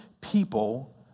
people